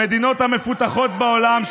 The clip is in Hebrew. במדינות המפותחות בעולם,